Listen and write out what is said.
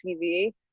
TV